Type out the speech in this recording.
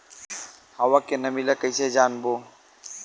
हवा के नमी ल कइसे जानबो?